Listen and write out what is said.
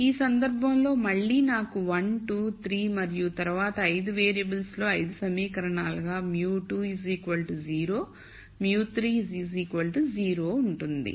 కాబట్టి ఈ సందర్భంలో మళ్ళీ నాకు 1 2 3 మరియు తరువాత 5 వేరియబుల్స్లో 5 సమీకరణాలుగా μ2 0 μ3 0 ఉంటుంది